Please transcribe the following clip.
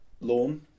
lawn